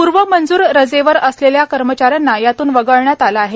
पूर्वमंजूर रजेवर असलेल्या कर्मचाऱ्यांना यातून वगळण्यात आले आहे